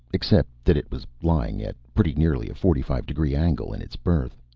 except that it was lying at pretty nearly a forty-five-degree angle in its berth.